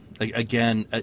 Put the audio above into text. again